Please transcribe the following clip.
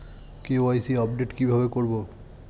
KYC update কি ভাবে করবো?